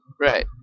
Right